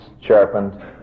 sharpened